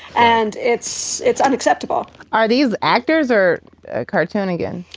and it's it's unacceptable are these actors or cartoon again,